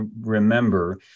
remember